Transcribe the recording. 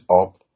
up